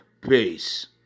Peace